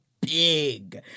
big